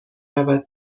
رود